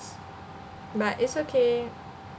but it's okay